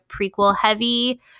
prequel-heavy